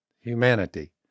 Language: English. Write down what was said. humanity